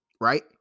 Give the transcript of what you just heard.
Right